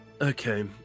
Okay